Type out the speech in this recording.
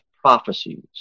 prophecies